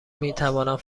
میتوانند